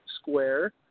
square